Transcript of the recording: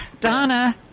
Donna